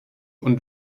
und